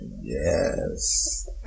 Yes